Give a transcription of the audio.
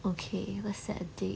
okay let's set a date